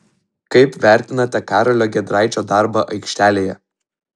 kaip vertinate karolio giedraičio darbą aikštelėje